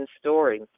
story